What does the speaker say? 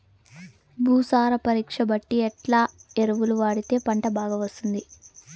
భూసార పరీక్ష బట్టి ఎట్లా ఎరువులు వాడితే పంట బాగా వస్తుంది?